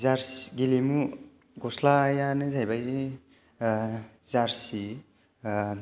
जारसि गेलेमु गस्लायानो जाहैबाय ओ जारसि